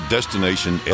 Destination